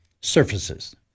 surfaces